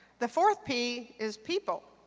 the fourth p is people.